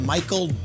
Michael